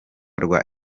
rwa